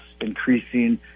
increasing